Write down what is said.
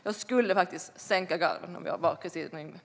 Jag skulle sänka garden om jag var Kristina Yngwe.